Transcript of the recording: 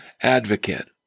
advocate